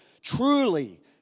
truly